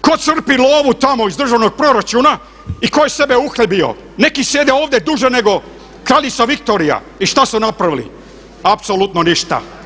tko crpi lovu tamo iz državnog proračuna i tko je sebe uhljebio, neki sjede ovdje duže nego kraljica Viktorija i šta su napravili, apsolutno ništa.